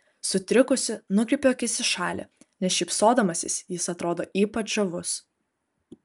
sutrikusi nukreipiu akis į šalį nes šypsodamasis jis atrodo ypač žavus